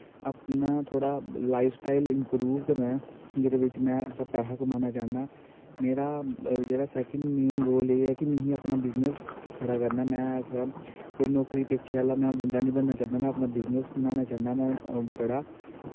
अपना थोह्ड़ा lifestyle improve करां जेह्दै बिच्च में थोह्ड़ा पैसा कमाना चाह्ना मेरा जेह्ड़ा सैकंड मेन गोल एह् ऐ कि मिगी अपना बिज़नस खड़ा करना मैं ऐसा कोई नौकरी पेशे आह्ला बंदा नी बनना चाह्न्ना मैं अपना बिज़नस बनाना चाह्न्नां में बड़ा